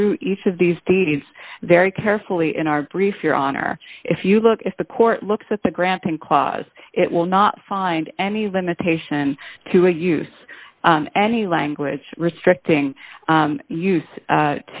through each of these deeds very carefully in our brief your honor if you look if the court looks at the granting clause it will not find any limitation to a use any language restricting u